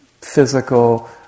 physical